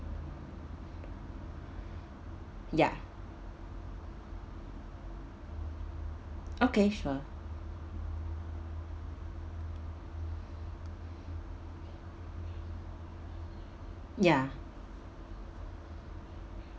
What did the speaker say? ya okay sure ya